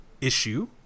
issue